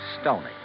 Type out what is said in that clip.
Stony